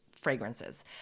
fragrances